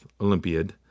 Olympiad